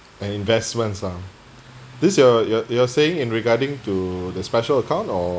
and investments ah this you're you're you're saying in regarding to the special account or